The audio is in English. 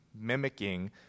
mimicking